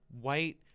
white